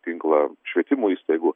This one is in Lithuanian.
tinklą švietimo įstaigų